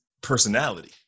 personality